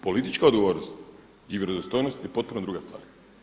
Politička odgovornost i vjerodostojnost je potpuno druga stvar.